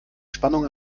spannung